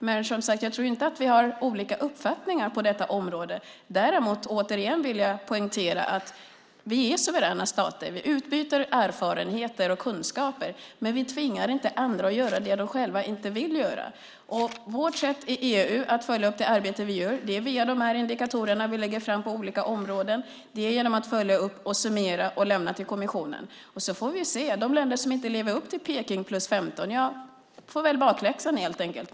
Men, som sagt, jag tror inte att vi har olika uppfattningar på detta område. Däremot vill jag återigen poängtera att vi är suveräna stater. Vi utbyter erfarenheter och kunskaper. Men vi tvingar inte andra att göra det som de själva inte vill göra. Vårt sätt att i EU följa upp det arbete som vi gör är via de indikatorer som vi lägger fram på olika områden. Det är genom att följa upp, summera och lämna detta till kommissionen. Sedan får vi se hur det blir. De länder som inte lever upp till Peking + 15 får väl helt enkelt bakläxa.